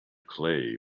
clay